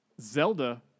Zelda